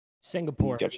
Singapore